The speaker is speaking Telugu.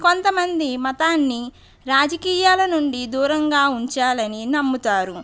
కొంతమంది మతాన్ని రాజకీయాల నుండి దూరంగా ఉంచాలని నమ్ముతారు